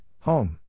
Home